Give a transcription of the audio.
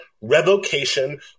revocation